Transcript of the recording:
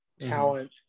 talent